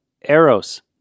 eros